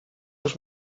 już